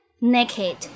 naked